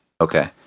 Okay